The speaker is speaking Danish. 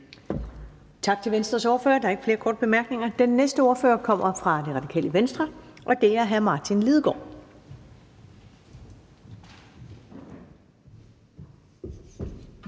Tak til Venstres ordfører. Der er ikke nogen korte bemærkninger. Den næste ordfører er fra Det Radikale Venstre, og det er hr. Kristian Hegaard.